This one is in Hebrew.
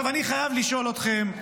אני חייב לשאול אתכם,